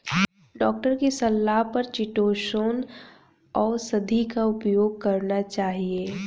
doctor की सलाह पर चीटोसोंन औषधि का उपयोग करना चाहिए